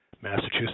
Massachusetts